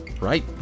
right